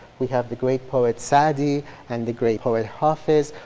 we have the great poet s'adi and the great poet hafiz.